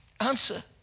Answer